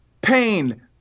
Pain